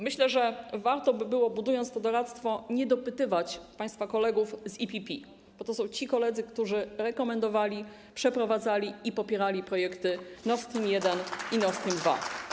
Myślę, że warto by było, praktykując to doradztwo, nie dopytywać państwa kolegów z EPP, bo to są ci koledzy, którzy rekomendowali, przeprowadzali i popierali projekty Nord Stream 1 i Nord Stream 2.